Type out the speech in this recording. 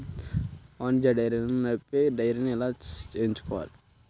వాణిజ్య డైరీలను నడిపే డైరీని ఎలా ఎంచుకోవాలి?